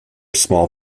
small